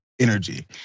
energy